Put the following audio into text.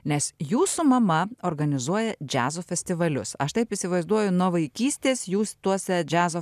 nes jūsų mama organizuoja džiazo festivalius aš taip įsivaizduoju nuo vaikystės jūs tuose džiazo